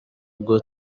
ubwo